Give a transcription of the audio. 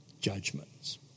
judgments